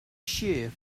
shear